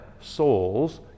souls